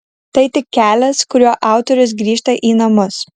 tai tik kelias kuriuo autorius grįžta į namus